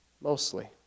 mostly